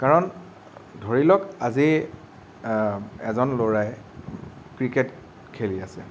কাৰণ ধৰি লওক আজি এজন ল'ৰাই ক্ৰিকেট খেলি আছে